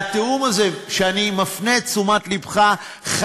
והתיאום הזה שאני מפנה את תשומת לבך אליו